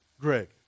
Greg